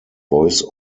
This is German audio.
voice